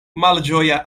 malĝoja